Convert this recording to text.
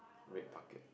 red bucket